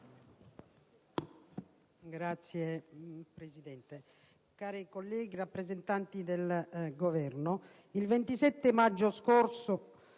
Signor Presidente, cari colleghi, rappresentanti del Governo, il 27 maggio scorso